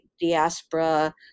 diaspora